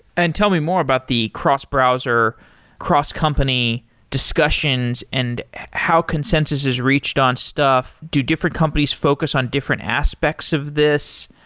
and tell me more about the cross-browser cross-company discussions and how consensus it has reached on stuff. do different companies focus on different aspects of this?